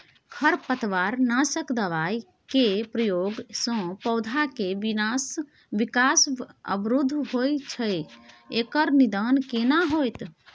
खरपतवार नासक दबाय के प्रयोग स पौधा के विकास अवरुध होय छैय एकर निदान केना होतय?